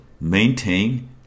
maintain